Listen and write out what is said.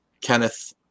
Kenneth